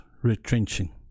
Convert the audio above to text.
retrenching